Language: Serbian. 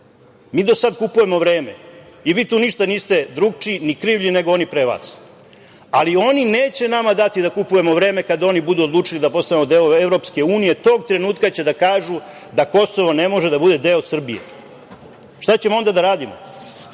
do sad kupujemo vreme i vi tu ništa niste drugačiji, ni krivlji nego oni pre vas, ali oni neće nama dati da kupujemo vreme kada oni budu odlučili da postanemo deo EU. Tog trenutka će da kažu da Kosovo ne može da bude deo Srbije. Šta ćemo onda da radimo?